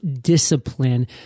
discipline